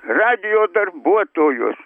radijo darbuotojus